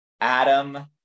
Adam